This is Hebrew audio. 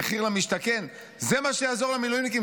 מחיר למשתכן, זה מה שיעזור למילואימניקים?